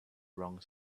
wrong